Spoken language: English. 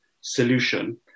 solution